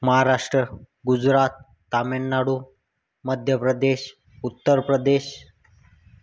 Maharashtra Gujarat Tamil Nadu Madhya Pradesh Uttar Pradesh